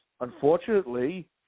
unfortunately